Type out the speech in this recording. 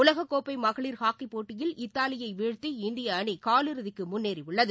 உலகக்கோப்பைமகளிர் ஹாக்கிப் போட்டயில் இத்தாலியைவீழ்த்தி இந்திய அணிகாலிறுதிக்குமுன்னேறியுள்ளது